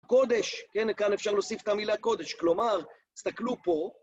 קודש, כן, כאן אפשר להוסיף את המילה קודש, כלומר, תסתכלו פה.